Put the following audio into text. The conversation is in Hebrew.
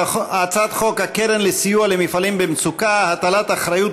הצעת חוק הקרן לסיוע למפעלים במצוקה (הטלת אחריות